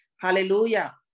Hallelujah